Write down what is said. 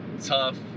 tough